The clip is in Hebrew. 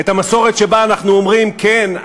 את המסורת שבה אנחנו אומרים: כן,